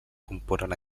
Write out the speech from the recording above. componen